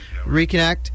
reconnect